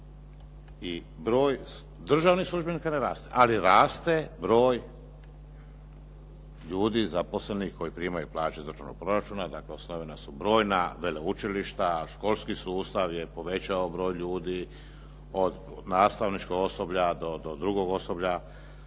I broj državnih službenika ne raste ali raste broj ljudi zaposlenih koji primaju plaću iz državnog proračuna. Dakle, osnovana su brojna veleučilišta, školski sustav je povećao broj ljudi od nastavničkog osoblja do drugog osoblja,